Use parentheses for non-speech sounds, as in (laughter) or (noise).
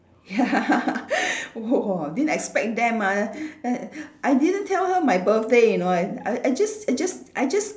(laughs) !wah! didn't expect them are ah err I didn't tell her my birthday you know I I just I just I just